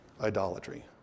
idolatry